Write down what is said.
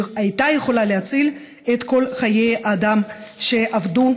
שהייתה יכולה להציל את כל חיי האדם שאבדו.